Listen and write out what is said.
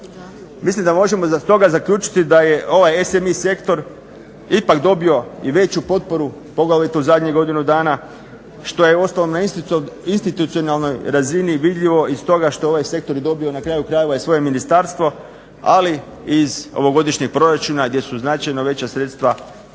Mislim da možemo stoga zaključiti da je ovaj SMI Sektor ipak dobio i veću potporu poglavito u zadnjih godinu dana što je uostalom na institucionalnoj razini vidljivo i stoga što je ovaj sektor i dobio i na kraju krajeva i svoje ministarstvo, ali iz ovogodišnjeg proračuna gdje su značajno veća sredstva